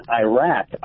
Iraq